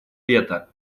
вето